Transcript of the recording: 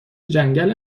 جنگل